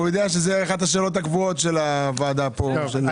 הוא יודע שזו אחת השאלות הקבועות של הוועדה פה.